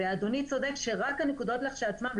אדוני צודק שרק הנקודות לכשעצמן,